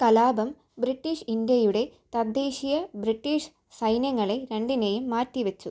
കലാപം ബ്രിട്ടീഷ് ഇന്ത്യയുടെ തദ്ദേശിയ ബ്രിട്ടീഷ് സൈന്യങ്ങളെ രണ്ടിനേയും മാറ്റി വെച്ചു